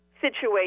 situation